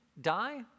die